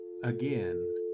Again